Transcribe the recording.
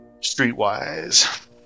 Streetwise